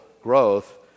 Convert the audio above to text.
growth